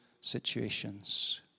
situations